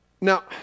Now